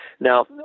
Now